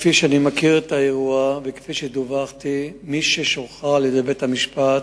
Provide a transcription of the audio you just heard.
כפי שאני מכיר את האירוע וכפי שדווח לי: מי ששוחרר על-ידי בית-המשפט,